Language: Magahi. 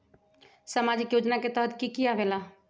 समाजिक योजना के तहद कि की आवे ला?